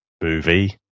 movie